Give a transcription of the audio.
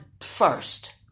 first